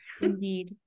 Indeed